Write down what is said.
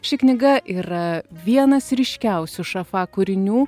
ši knyga yra vienas ryškiausių šafak kūrinių